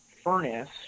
furnace